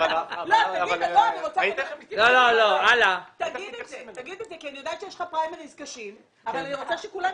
תגיד את זה כי אני יודעת שיש לך פריימריס קשים אבל אני רוצה שכולם